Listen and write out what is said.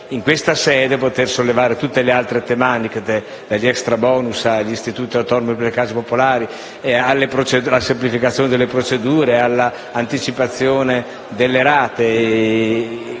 in quella sede sia possibile sollevare anche le altre tematiche, dagli *extra*-*bonus,* agli istituti autonomi per le case popolari, alla semplificazione delle procedure, all'anticipazione delle rate.